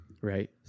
Right